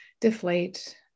deflate